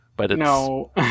No